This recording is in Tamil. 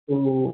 ஓ